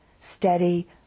steady